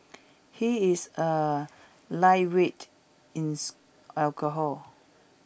he is A lightweight in alcohol